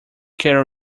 care